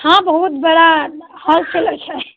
हँ बहुत बड़ा होलसेलर छै